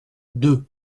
deux